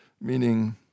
meaning